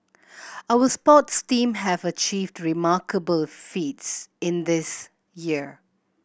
our sports team have achieved remarkable feats in this year